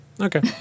Okay